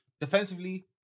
Defensively